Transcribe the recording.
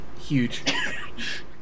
Huge